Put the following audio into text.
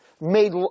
made